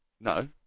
No